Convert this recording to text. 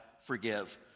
forgive